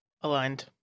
Aligned